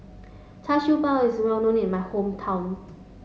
Char Siew Bao is well known in my hometown